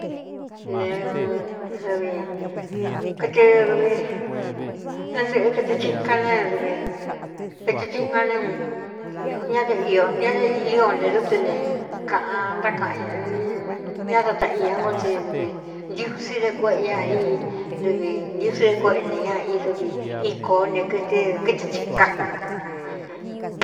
Ne Nedɨvi kɨtɨ dvi ɨn ntɨꞌɨ kɨtɨ hinka nedvi kɨtɨ tsinkan né unñeña de i ío nte dútɨ ne kāꞌan ntákaꞌan ña ñá data iña nko tsin dɨvi ntiusi de kueꞌe ña í dɨvi ntiusí dé kueꞌe nē ña i dvi íkōó ntē kɨɨkɨtɨ tsīnkan.